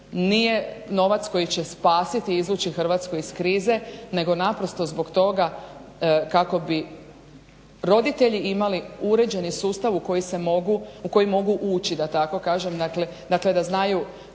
nije novac koji će spasiti, izvući Hrvatsku iz krize nego naprosto zbog toga kako bi roditelji imali uređeni sustav u koji mogu ući da tako kažem. Dakle, da znaju